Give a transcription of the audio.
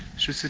sure